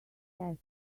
hat